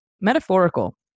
metaphorical